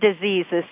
diseases